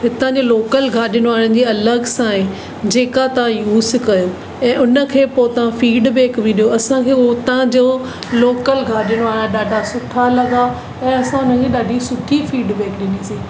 हितां जी लोकल गाॾीनि वारनि जी अलॻि सां आहे जेका तव्हां यूस कयो ऐं उनखे पोइ तव्हां फीडबेक बि ॾियो असांखे हुतांजो लोकल गाॾीनि वारा ॾाढा सुठा लॻा त असांखे ॾाढी सुठी फीडबेक ॾिनीसीं